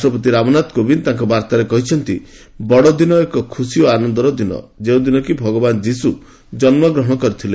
ରାଷ୍ଟ୍ରପତି ରାମନାଥ କୋବିନ୍ଦ ତାଙ୍କ ବାର୍ତ୍ତାରେ କହିଛନ୍ତି ବଡ଼ଦିନ ଏକ ଖୁସି ଓ ଆନନ୍ଦର ଦିନ ଯେଉଁଦିନ କି ଭଗବାନ୍ ଯିଶୁ ଜନ୍କଗ୍ରହଣ କରିଥିଲେ